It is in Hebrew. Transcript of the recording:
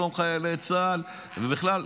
שלום חיילי צה"ל ובכלל,